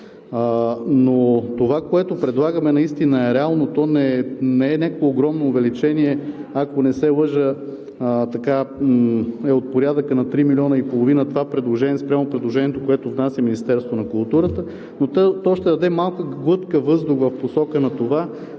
Но това, което предлагаме, е наистина реално, то не е някакво огромно увеличение – ако не се лъжа, това предложение е от порядъка на три милиона и половина спрямо предложението, което внася Министерството на културата, но то ще даде малка глътка въздух в посока на това